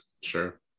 Sure